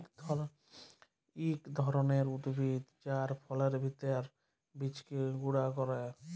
ইক ধরলের উদ্ভিদ যার ফলের ভিত্রের বীজকে গুঁড়া ক্যরে